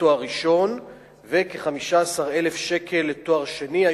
לתואר ראשון וכ-15,000 שקל לתואר שני.